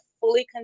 fully